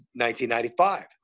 1995